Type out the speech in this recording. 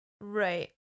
Right